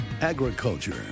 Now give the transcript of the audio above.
Agriculture